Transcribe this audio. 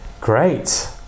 Great